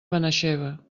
benaixeve